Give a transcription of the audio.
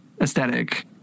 aesthetic